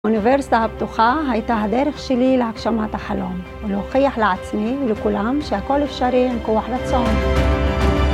אוניברסיטה הפתוחה הייתה הדרך שלי להגשמת החלום ולהוכיח לעצמי ולכולם שהכל אפשרי עם כוח רצון